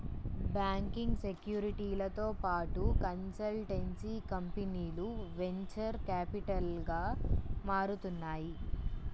banking, సెక్యూరిటీలతో పాటు consultancy కంపెనీలు వెంచర్ క్యాపిటల్గా మారుతున్నాయి